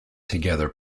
together